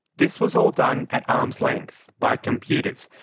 this was all done at arms' length, by computers,